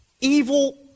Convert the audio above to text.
evil